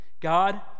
God